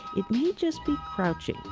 it may just be crouching,